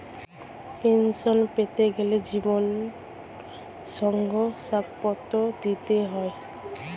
pension পেতে গেলে জীবন শংসাপত্র দিতে হয়